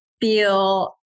feel